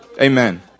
Amen